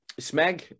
Smeg